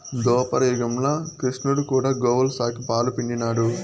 దోపర యుగంల క్రిష్ణుడు కూడా గోవుల సాకి, పాలు పిండినాడు